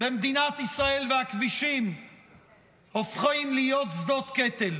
במדינת ישראל והכבישים הופכים להיות שדות קטל?